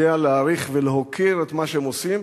יודע להעריך ולהוקיר את מה שהם עושים,